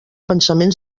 pensament